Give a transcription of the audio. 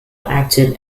acted